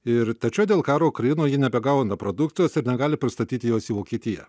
ir tačiau dėl karo ukrainoj ji nebegauna produkcijos ir negali pristatyti jos į vokietiją